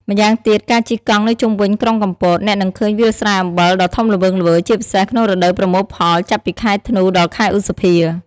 ម្យ៉ាងទៀត ការជិះកង់នៅជុំវិញក្រុងកំពត អ្នកនឹងឃើញវាលស្រែអំបិលដ៏ធំល្វឹងល្វើយ ជាពិសេសក្នុងរដូវប្រមូលផល ចាប់ពីខែធ្នូ ដល់ខែឧសភា។